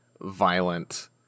violent